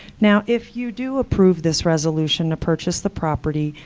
now, if you do approve this resolution to purchase the property,